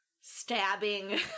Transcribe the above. stabbing